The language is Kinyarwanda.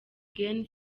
gen